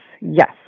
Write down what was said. yes